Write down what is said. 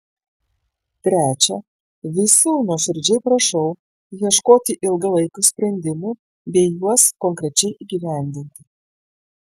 trečia visų nuoširdžiai prašau ieškoti ilgalaikių sprendimų bei juos konkrečiai įgyvendinti